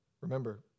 Remember